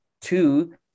Two